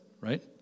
Right